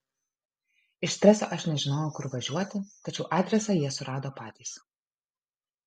iš streso aš nežinojau kur važiuoti tačiau adresą jie surado patys